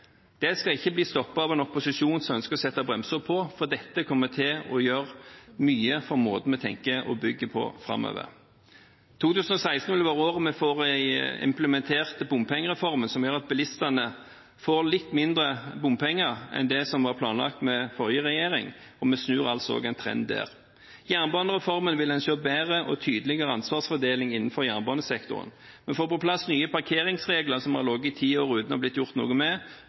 Det skal ikke bli stoppet av en opposisjon som ønsker å sette bremser på, for dette kommer til å gjøre mye for måten vi tenker og bygger på framover. 2016 vil være året vi får implementert bompengereformen, som gjør at bilistene får litt mindre bompenger enn det som var planlagt med forrige regjering, og der snur vi altså en trend. Med jernbanereformen vil en se bedre og tydeligere ansvarsfordeling innenfor jernbanesektoren. Vi får på plass nye parkeringsregler – som har ligget i ti år uten å ha blitt gjort noe med